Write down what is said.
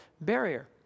barrier